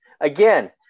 again